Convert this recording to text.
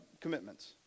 commitments